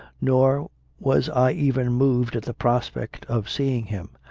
nor was i even moved at the prospect, of seeing him.